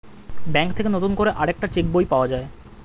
bank থেকে নতুন করে আরেকটা চেক বই পাওয়া যায়